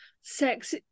sex